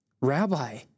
Rabbi